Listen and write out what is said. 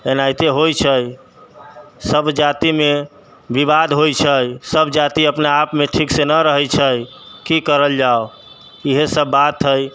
एनाहिते होइ छै सब जातिमे विवाद होइ छै सब जाति अपना आपमे ठीकसँ नहि रहै छै की कहल जाइ इएहसब बात हइ